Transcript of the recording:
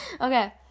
Okay